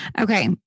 Okay